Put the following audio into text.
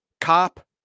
cop